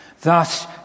Thus